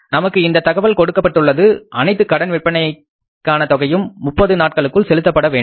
நமக்கு இந்த தகவல் கொடுக்கப்பட்டுள்ளது அனைத்து கடன் விற்பனைக்கான தொகையும் 30 நாட்களுக்குள் செலுத்தப்பட வேண்டும்